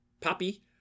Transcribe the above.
poppy